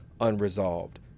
unresolved